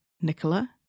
Nicola